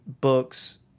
books